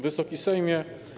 Wysoki Sejmie!